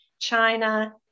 China